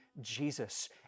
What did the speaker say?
Jesus